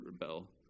rebel